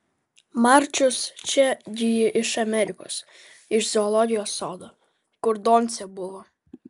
marčius čia gi iš amerikos iš zoologijos sodo kur doncė buvo